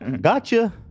Gotcha